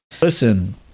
Listen